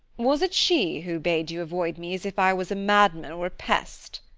was it she who bade you avoid me as if i was a madman or a pest?